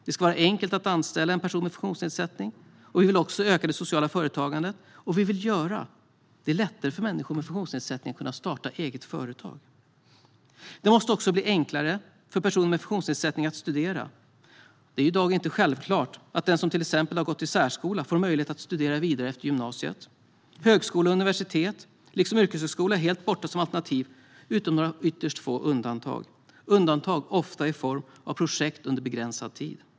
Det ska därför vara enkelt att anställa en person med funktionsnedsättning. Vi vill också öka det sociala företagandet och göra det lättare för människor med funktionsnedsättning att starta företag. Det måste också bli enklare för personer med funktionsnedsättning att studera. Det är i dag inte självklart att den som har gått i särskola får möjlighet att studera vidare efter gymnasiet. Högskola och universitet, liksom yrkeshögskola, är med några ytterst få undantag inget möjligt alternativ, och undantagen har ofta formen av projekt under begränsad tid.